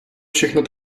všechno